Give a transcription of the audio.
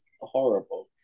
horrible